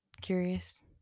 curious